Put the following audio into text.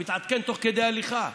הוא מתעדכן תוך כדי הליכה.